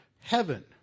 heaven